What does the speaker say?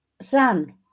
son